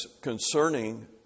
concerning